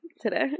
today